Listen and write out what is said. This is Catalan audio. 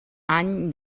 any